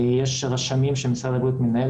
יש רשמים שמשרד הבריאות מנהל,